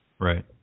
right